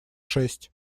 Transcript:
шесть